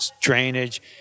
drainage